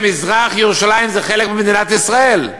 שמזרח-ירושלים זה חלק ממדינת ישראל.